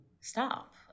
stop